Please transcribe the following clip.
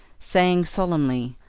saying solemnly,